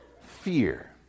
fear